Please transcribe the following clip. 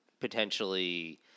potentially